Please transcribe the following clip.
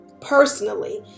personally